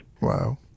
Wow